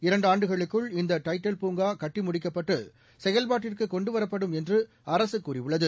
இரண்டுஆண்டுகளுக்குள் இந்தடைப்டல் பூங்காகட்டி முடிக்கப்பட்டுசெயல்பாட்டுக்குகொண்டுவரப்படும் என்று அரசுகூறியுள்ளது